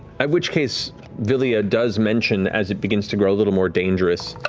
at which case vilya does mention, as it begins to grow a little more dangerous.